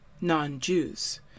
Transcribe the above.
non-Jews